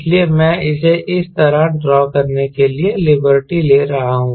इसलिए मैं इसे इस तरह ड्रॉ करने के लिए लिबर्टी ले रहा हूं